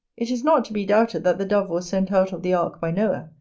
it is not to be doubted that the dove was sent out of the ark by noah,